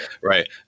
Right